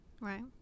right